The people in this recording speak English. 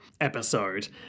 episode